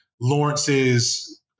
Lawrence's